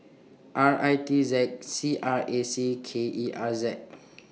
R I T Z C R A C K E R Z